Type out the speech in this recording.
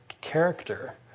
character